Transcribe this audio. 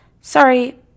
Sorry